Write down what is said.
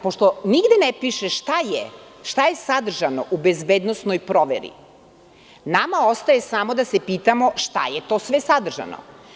Pošto nigde ne piše šta je sadržano u bezbednosnoj proveri, nama ostaje samo da se pitamo šta je to sve sadržano.